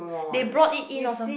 they brought it in or something